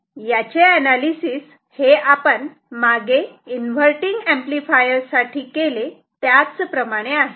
आता याचे अनालिसिस हे आपण मागे इन्व्हर्टटिंग एंपलीफायर साठी केले त्याचप्रमाणे आहे